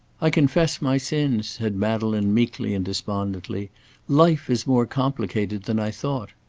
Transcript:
i confess my sins, said madeleine, meekly and despondently life is more complicated than i thought.